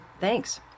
Thanks